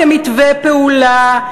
לא כמתווה פעולה,